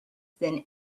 than